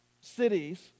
cities